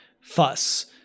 fuss